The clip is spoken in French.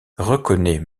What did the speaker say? reconnaît